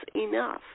enough